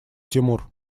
тимур